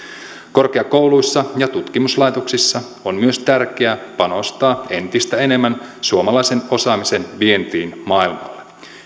korkeakouluissa ja tutkimuslaitoksissa on myös tärkeää panostaa entistä enemmän suomalaisen osaamisen vientiin maailmalle